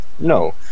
No